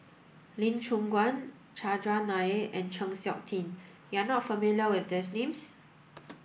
Lee Choon Guan Chandran Nair and Chng Seok Tin You are not familiar with these names